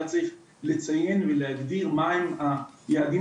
היה צריך לציין ולהגדיר מהם היעדים